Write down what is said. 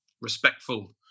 respectful